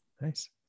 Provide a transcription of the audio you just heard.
Nice